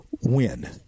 win